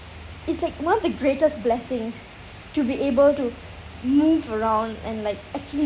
it's like one of the greatest blessings to be able to move around and like actually